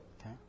okay